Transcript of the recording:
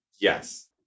Yes